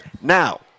Now